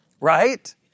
Right